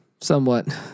somewhat